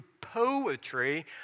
poetry